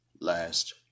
last